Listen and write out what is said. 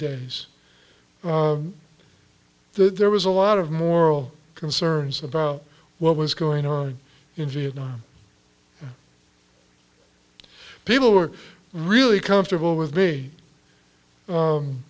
days there was a lot of moral concerns about what was going on in vietnam people were really comfortable with me